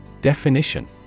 Definition